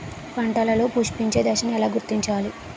పంటలలో పుష్పించే దశను ఎలా గుర్తించాలి?